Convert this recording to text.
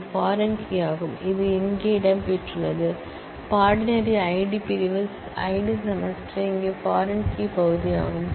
இது ஒரு foreign key யாகும் இது இங்கு இடம்பெற்றுள்ளது course ID section ID semester இங்கே பாரின் கீ பகுதியாகும்